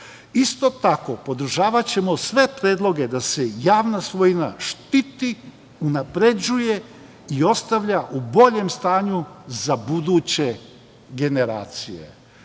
Isto tako, podržavaćemo sve predloge da se javna svojina štiti, unapređuje i ostavlja u boljem stanju za buduće generacije. To